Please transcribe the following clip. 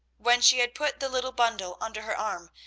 when she had put the little bundle under her arm,